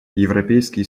европейский